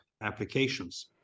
applications